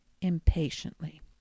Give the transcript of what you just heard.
impatiently